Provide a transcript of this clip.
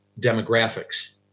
demographics